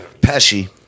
Pesci